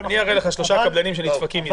אני אראה לך שלושה קבלנים שנדפקים מזה.